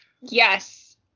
Yes